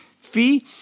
fee